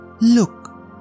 Look